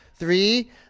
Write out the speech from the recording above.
Three